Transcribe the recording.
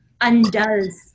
undoes